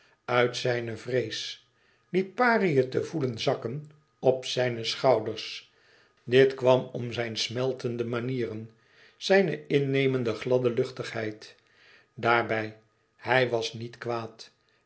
uit zijne vrees liparië te voelen zakken op zijne schouders dit kwam om zijne smeltende manieren zijne innemende gladde luchtigheid daarbij hij was niet kwaad